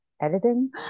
editing